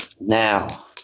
Now